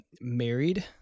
married